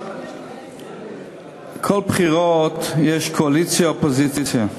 אחרי כל בחירות יש קואליציה אופוזיציה,